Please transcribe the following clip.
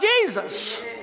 Jesus